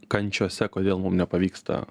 kančiose kodėl mum nepavyksta